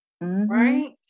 right